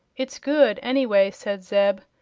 it's good, anyway, said zeb,